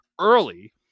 early